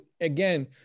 again